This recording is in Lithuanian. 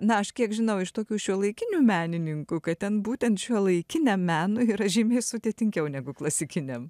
na aš kiek žinau iš tokių šiuolaikinių menininkų kad ten būtent šiuolaikiniam menui yra žymiai sudėtingiau negu klasikiniam